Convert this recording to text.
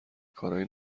کارای